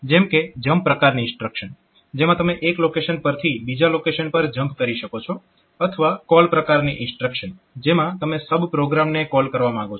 જેમ કે જમ્પ પ્રકારની ઇન્સ્ટ્રક્શન જેમાં તમે એક લોકેશન પરથી બીજા લોકેશન પર જમ્પ કરી શકો છો અથવા કોલ પ્રકારની ઇન્સ્ટ્રક્શન જેમાં તમે સબ પ્રોગ્રામને કોલ કરવા માંગો છો